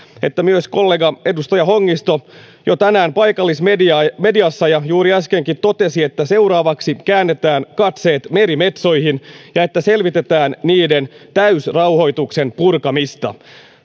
että myös kollega edustaja hongisto jo tänään paikallismediassa ja juuri äskenkin totesi että seuraavaksi käännetään katseet merimetsoihin ja että selvitetään niiden täysrauhoituksen purkamista